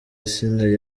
asinah